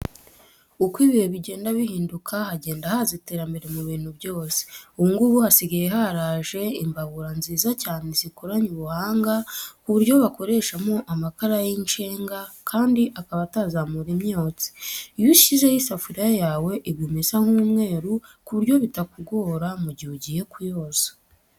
Uko ibihe bigenda bihinduka hagenda haza iterambere mu bintu byose. Ubu ngubu hasigaye haraje imbabura nziza cyane zikoranye ubuhanga ku buryo bakoreshamo amakara y'incenga kandi akaba atazamura imyotsi. Iyo ushyizeho isafuriya yawe iguma isa nk'umweru ku buryo bitakugora mu gihe ugiye kuyoza.